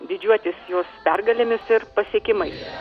didžiuotis jos pergalėmis ir pasiekimais